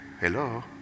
hello